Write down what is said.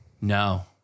No